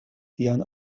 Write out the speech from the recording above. sian